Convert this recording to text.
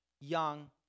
young